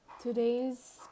today's